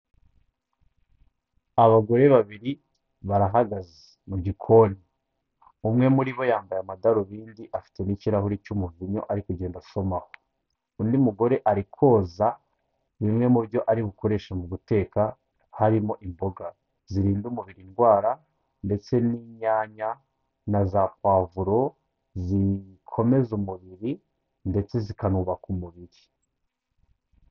Abagore babiri barahagaze mu gikoni, umwe muri bo yambaye amadarubindi afite n'ikirahure cy'umuvinyo ari kugenda asomaho, undi mugore ari koza bimwe mu byo ari bukoreshe mu guteka harimo imboga zirinda umubiri indwara ndetse n'inyanya na za povuro zikomeza umubiri ndetse zikanubaka umubiri.